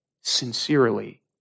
sincerely